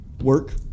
work